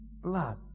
blood